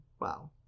wow